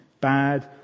bad